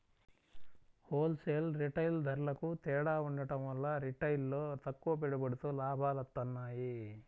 whole sale, retail ధరలకూ తేడా ఉండటం వల్ల రిటైల్లో తక్కువ పెట్టుబడితో లాభాలొత్తన్నాయి